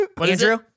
Andrew